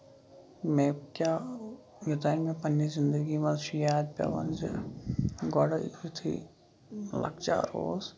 مےٚ کیاہ یوتام مےٚ پَنٕنہِ زںدگی منٛز چھُ یاد پیوان زِ گۄڈٕ یُتھُے لۄکٔچار اوس